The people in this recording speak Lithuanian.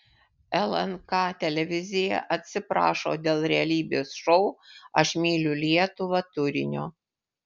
lnk televizija atsiprašo dėl realybės šou aš myliu lietuvą turinio